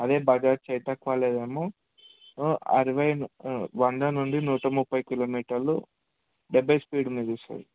అదే బజాజ్ చేతక్ వాళ్ళది ఏమో అరవై వంద నుండి నూట ముప్పై కిలోమీటర్లు డెబ్బై స్పీడ్ మీద ఇస్తుంది